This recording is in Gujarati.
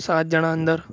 સાત જણા અંદર